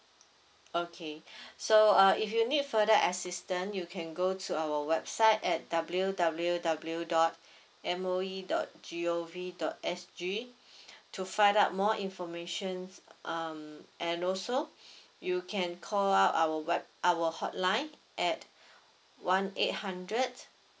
okay so uh if you need further assistance you can go to our website at W W W dot M O E dot G O V dot S G to find out more information um and also you can call our web our hotline at one eight hundred